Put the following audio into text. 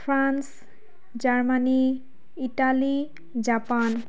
France Germany Italy Japan